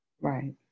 Right